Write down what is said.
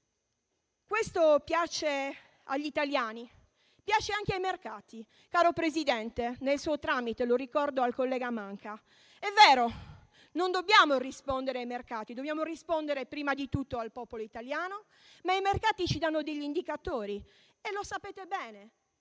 Questo piace agli italiani e anche ai mercati, caro Presidente (per suo tramite, lo ricordo al collega Manca). È vero, non dobbiamo rispondere ai mercati: dobbiamo rispondere prima di tutto al popolo italiano, ma i mercati ci danno alcuni indicatori e - a meno